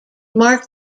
marked